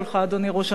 אדוני ראש הממשלה,